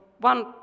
one